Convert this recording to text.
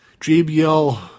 JBL